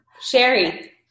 Sherry